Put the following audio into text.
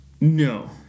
No